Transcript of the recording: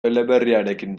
eleberriarekin